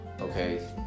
okay